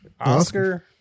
Oscar